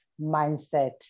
mindset